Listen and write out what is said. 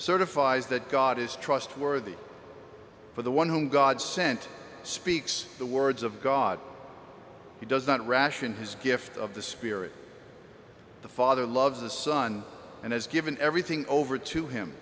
certifies that god is trustworthy for the one whom god sent speaks the words of god he does not ration his gift of the spirit the father loves the son and has given everything over to him